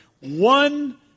one